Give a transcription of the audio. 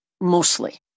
mostly